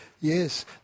Yes